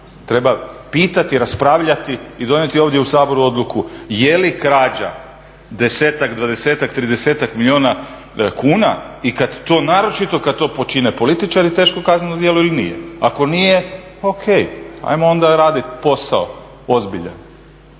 treba pitati, raspravljati i donijeti ovdje u saboru odluku je li krađa 10-ak, 20-ak, 30-ak milijuna kuna, naročito kad to počine političari, teško kazneno djelo ili nije. Ako nije, ok, ajmo onda radit posao ozbiljan.